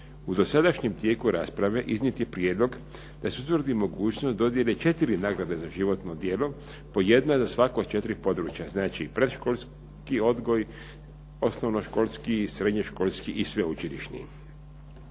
U dosadašnjem tijeku rasprave iznijet je prijedlog da se utvrdi mogućnost dodjele 4 nagrade za životno djelo, po jedno za svako od četiri područja, znači predškolski odgoj, osnovnoškolski, srednjoškolski i sveučilišni.